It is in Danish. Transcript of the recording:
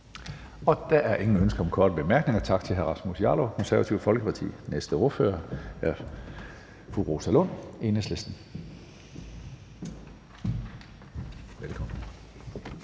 Der er ingen ønsker om korte bemærkninger. Tak til hr. Rasmus Jarlov, Det Konservative Folkeparti. Næste ordfører er fru Rosa Lund, Enhedslisten.